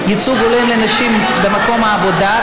ייצוג הולם לנשים במקום העבודה),